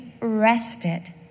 rested